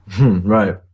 right